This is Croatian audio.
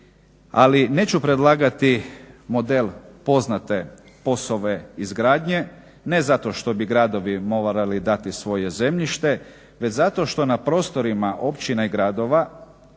ali neću predlagati model poznate POS-ove izgradnje ne zato što bi gradovi morali dati svoje zemljište već zato što na prostorima općina i gradova